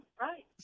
right